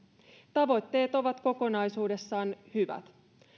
tavoitteet ovat kokonaisuudessaan hyvät